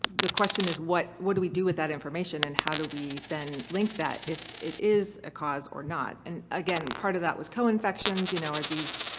the question is, what what do we do with that information and how do we then link that if it is a cause or not? and again, part of that was co-infections. you know are these.